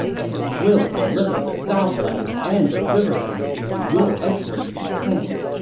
and it will deliver the southlands and the riverlands into your excellency's hands.